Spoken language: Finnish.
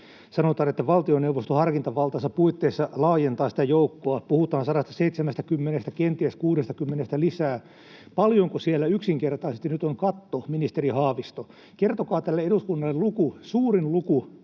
Sanotaan, että valtioneuvosto harkintavaltansa puitteissa laajentaa sitä joukkoa. Puhutaan 170:stä, kenties 60:stä lisää. Paljonko siellä yksinkertaisesti nyt on katto, ministeri Haavisto? Kertokaa tälle eduskunnalle luku, suurin luku,